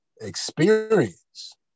experience